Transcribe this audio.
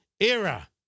era